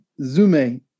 Zume